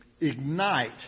ignite